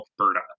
Alberta